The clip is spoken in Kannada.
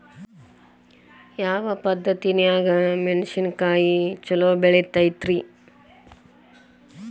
ಯಾವ ಪದ್ಧತಿನ್ಯಾಗ ಮೆಣಿಸಿನಕಾಯಿ ಛಲೋ ಬೆಳಿತೈತ್ರೇ?